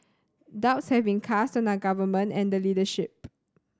doubts have been cast on our Government and the leadership